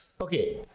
okay